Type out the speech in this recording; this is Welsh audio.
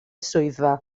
swyddfa